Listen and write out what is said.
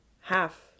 half